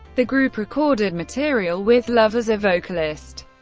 the group recorded material with love as a vocalist,